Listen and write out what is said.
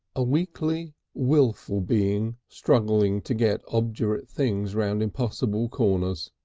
a weakly wilful being struggling to get obdurate things round impossible corners